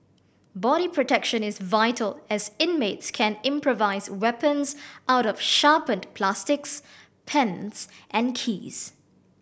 body protection is vital as inmates can improvise weapons out of sharpened plastics pens and keys